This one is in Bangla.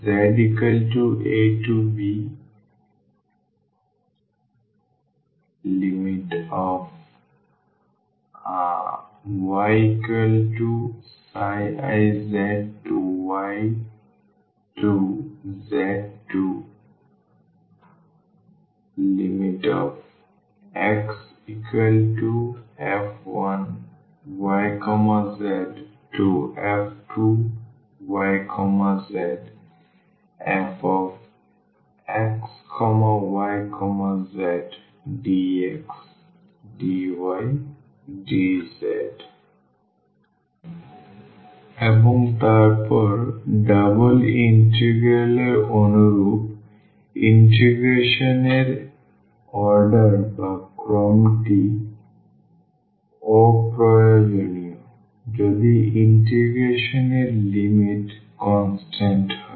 VfxyzdVzaby1z2zxf1yzf2yzfxyzdxdydz এবং তারপর ডাবল ইন্টিগ্রাল এর অনুরূপ ইন্টিগ্রেশন এর ক্রমটি অপ্রয়োজনীয় যদি ইন্টিগ্রেশন এর লিমিট কনস্ট্যান্ট হয়